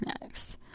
next